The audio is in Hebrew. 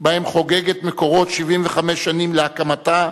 שבהם חוגגת "מקורות" 75 שנים להקמתה,